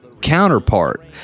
counterpart